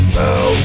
bow